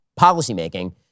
policymaking